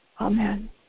Amen